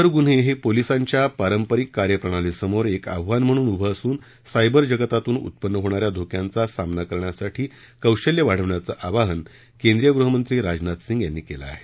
cyber गुन्हे हे पोलिसांच्या पारंपरिक कार्यप्रणालीसमोर एक आव्हान म्हणून उभं असून सायबर जगतातून उत्पन्न होणाऱ्या धोक्यांचा सामना करण्यासाठी कौशल्यं वाढवण्याचं आवाहन केंद्रीय गृहमंत्री राजनाथ सिंग यांनी केलं आहे